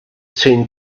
seen